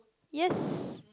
yes